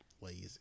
lazy